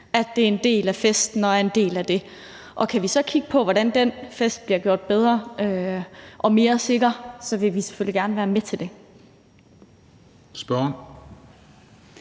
at det er en del af festen – at det er en del af det. Kan vi så kigge på, hvordan den fest bliver gjort bedre og mere sikker, vil vi selvfølgelig gerne være med til det.